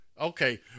Okay